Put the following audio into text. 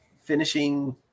finishing